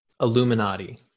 Illuminati